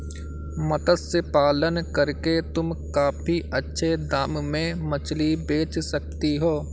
मत्स्य पालन करके तुम काफी अच्छे दाम में मछली बेच सकती हो